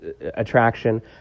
attraction